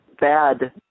bad